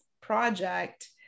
project